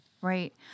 Right